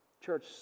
church